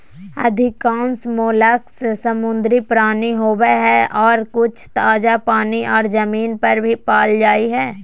अधिकांश मोलस्क समुद्री प्राणी होवई हई, आर कुछ ताजा पानी आर जमीन पर भी पाल जा हई